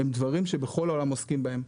הם דברים שבכל העולם עוסקים בהם.